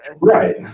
right